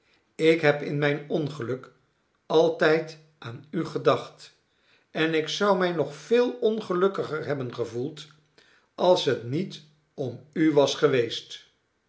ik heb in mijn ongeluk altijd aan u gedacht en ik zou mij nog veel ongelukkiger hebben gevoeld als het niet om u was geweest